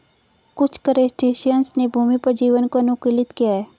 कुछ क्रस्टेशियंस ने भूमि पर जीवन को अनुकूलित किया है